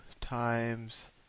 times